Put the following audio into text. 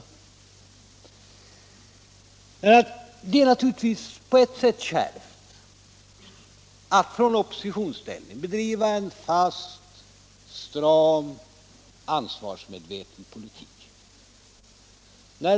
På ett sätt är det naturligtvis kärvt att komma från oppositionsställning och driva en fast, stram och ansvarsmedveten politik.